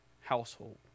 household